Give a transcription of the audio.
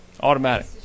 Automatic